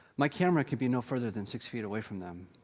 my camera could be no further than six feet away from them.